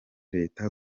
leta